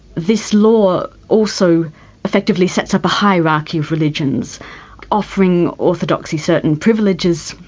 this law also effectively sets up a hierarchy of religions offering orthodoxy certain privileges.